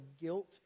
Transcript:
guilt